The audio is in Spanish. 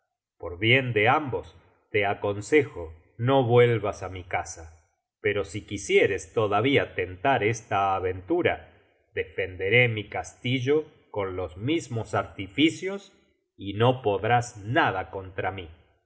por bien de ambos te aconsejo no vuelvas á mi casa pero si quisieres todavía tentar esta aventura defenderé mi castillo con los mismos artificios y no podrás nada contra mí